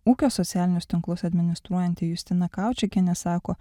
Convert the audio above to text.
ūkio socialinius tinklus administruojanti justina kaučiukienė sako